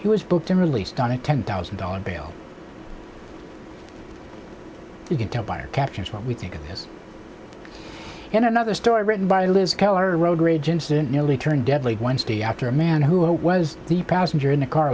he was booked and released on a ten thousand dollars bail you can tell by her captures what we think is in another story written by liz taylor a road rage incident nearly turned deadly wednesday after a man who was the passenger in the car